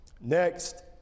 Next